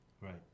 Right